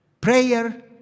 Prayer